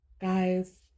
guys